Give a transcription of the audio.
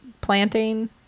planting